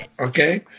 okay